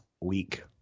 week